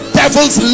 devils